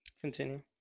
continue